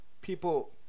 people